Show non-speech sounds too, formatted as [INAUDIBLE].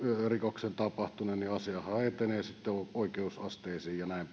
rikoksen tapahtuneen niin asiahan etenee sitten oikeusasteisiin ja näin [UNINTELLIGIBLE]